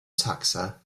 taxa